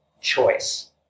choice